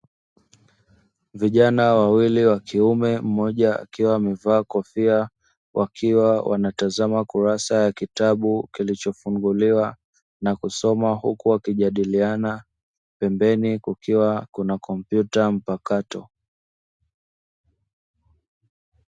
Vijana wawili wa kiume mmoja akiwa amevaa kofia, mmoja akiwa anatazama kurasa ya kitabu kilichofunguliwa na kusoma. Huku wakijadiliana, pembeni kukiwa na kompyuta mpakato.